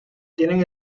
tienen